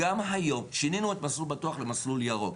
גם היום, שינינו את "מסלול בטוח" ל"מסלול ירוק".